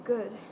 Good